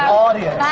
audience